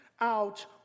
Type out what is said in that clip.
out